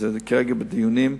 כרגע בדיונים,